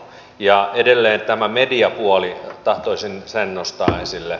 ja edelleen tämä mediapuoli tahtoisin sen nostaa esille